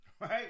right